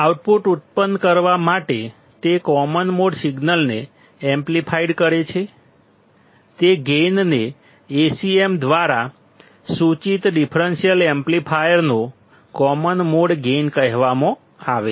output ઉત્પન્ન કરવા માટે તે કોમન મોડ સિગ્નલને એમ્પ્લીફાઇડ કરે છે તે ગેઇનને Acm દ્વારા સૂચિત ડિફરન્સીયલ એમ્પ્લીફાયરનો કોમન મોડ ગેઇન કહેવામાં આવે છે